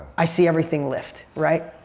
i see everything lift, right?